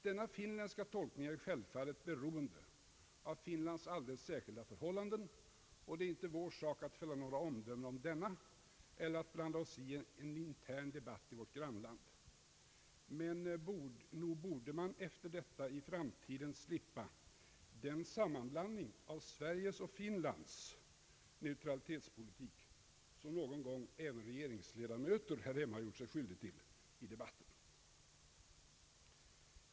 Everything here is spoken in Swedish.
Denna finländska tolkning är självfallet beroende av Finlands alldeles särskilda förhållanden, och det är inte vår sak att fälla några omdömen om denna eller att blanda oss i den interna debatten i vårt grannland. Men nog borde man efter detta i framtiden slippa den sammanblandning av Sveriges och Finlands neutralitetspolitik som någon gång även regeringsledamöter här hemma gjort sig skyldiga till i den offentliga debatten.